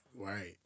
right